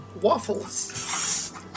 Waffles